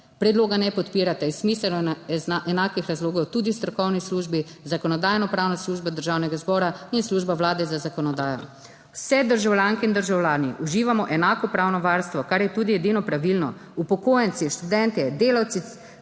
Predloga ne podpirata iz smiselno enakih razlogov tudi strokovni službi – Zakonodajno-pravna služba Državnega zbora in Služba Vlade Republike Slovenije za zakonodajo. Vse državljanke in državljani uživamo enako pravno varstvo, kar je tudi edino pravilno. Upokojenci, študentje, delavci